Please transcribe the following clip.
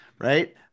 right